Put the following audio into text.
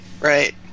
right